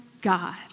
God